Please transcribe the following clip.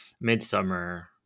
midsummer